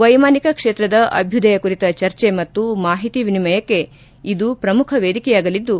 ವ್ಯೆಮಾನಿಕ ಕ್ಷೇತ್ರದ ಅಭ್ಯುದಯ ಕುರಿತ ಚರ್ಚೆ ಮತ್ತು ಮಾಹಿತಿ ವಿನಿಮಯಕ್ಷೆ ಇದು ಪ್ರಮುಖ ವೇದಿಕೆಯಾಗಲಿದ್ದು